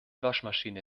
waschmaschine